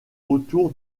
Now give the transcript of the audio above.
autour